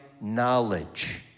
knowledge